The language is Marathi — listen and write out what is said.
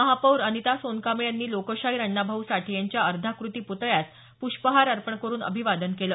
महापौर अनिता सोनकांबळे यांनी लोकशाहीर अण्णाभाऊ साठे यांच्या अर्धाकृती पुतळ्यास पुष्पहार अर्पण करून अभिवादन केलं